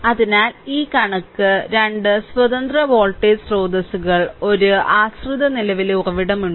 അതിനാൽ ഈ കണക്ക് 2 സ്വതന്ത്ര വോൾട്ടേജ് സ്രോതസ്സുകൾ 1 ആശ്രിത നിലവിലെ ഉറവിടം ഉണ്ട്